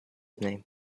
name